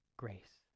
grace